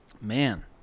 Man